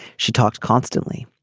she talked constantly.